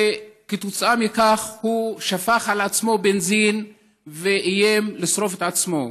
וכתוצאה מכך הוא שפך על עצמו בנזין ואיים לשרוף את עצמו.